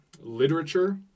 literature